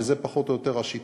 וזו פחות או יותר השיטה,